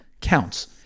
counts